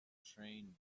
train